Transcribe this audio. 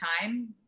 time